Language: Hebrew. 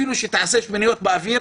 אפילו שתעשה שמיניות באוויר,